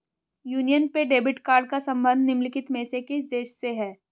Union पे debit card का संबंध निम्नलिखित में से किस देश से है?